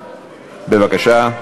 בבקשה.